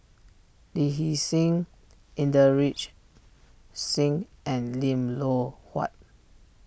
Lee Hee Seng Inderjit Singh and Lim Loh Huat